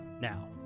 Now